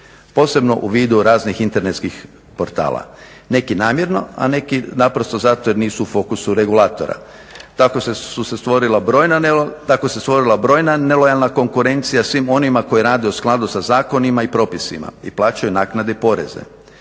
posebno u vidu raznih internetskih portala, neki namjerno, a neki naprosto zato jer nisu u fokusu regulatora. Tako se stvorila brojna nelojalna konkurencija svim onima koji rade u skladu sa zakonima i propisima i plaćaju naknade i poreze.